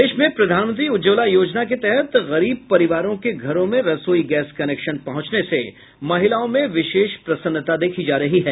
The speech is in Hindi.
प्रदेश में प्रधानमंत्री उज्ज्वला योजना के तहत गरीब परिवारों के घरों में रसोई गैस कनेक्शन पहुंचने से महिलाओं में विशेष प्रसन्नता देखी जा रही है